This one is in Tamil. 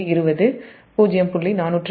20 0